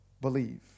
believe